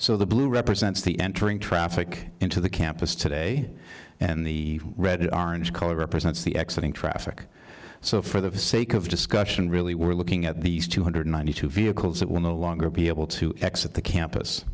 so the blue represents the entering traffic into the campus today and the red orange color represents the exit in traffic so for the sake of discussion really we're looking at these two hundred and ninety two dollars vehicles that will no longer be able to exit the campus